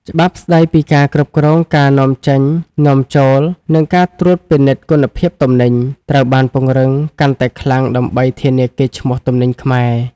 ច្បាប់ស្ដីពីការគ្រប់គ្រងការនាំចេញ-នាំចូល និងការត្រួតពិនិត្យគុណភាពទំនិញ ត្រូវបានពង្រឹងកាន់តែខ្លាំងដើម្បីធានាកេរ្តិ៍ឈ្មោះទំនិញខ្មែរ។